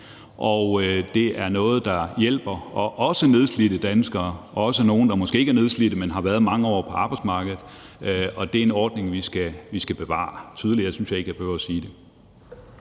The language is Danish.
og det er noget, der både hjælper nedslidte danskere og også nogle, der måske ikke er nedslidte, men som har været mange år på arbejdsmarkedet, og det er en ordning, vi skal bevare. Tydeligere synes jeg ikke jeg behøver at sige det.